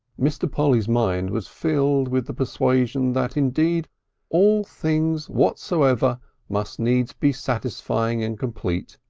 mr. polly's mind was filled with the persuasion that indeed all things whatsoever must needs be satisfying and complete.